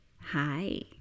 Hi